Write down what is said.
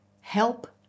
help